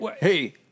Hey